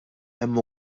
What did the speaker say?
hemm